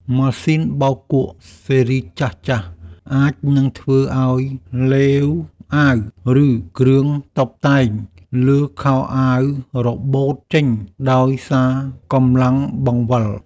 ម៉ាស៊ីនបោកគក់ស៊េរីចាស់ៗអាចនឹងធ្វើឱ្យឡេវអាវ ឬគ្រឿងតុបតែងលើខោអាវរបូតចេញដោយសារកម្លាំងបង្វិល។